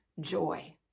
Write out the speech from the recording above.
joy